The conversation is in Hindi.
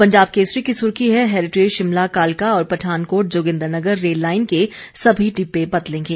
पंजाब केसरी की सुर्खी है हैरिटेज शिमला कालका और पठानकोट जोगिंद्रनगर रेल लाइन के सभी डिब्बे बदलेंगे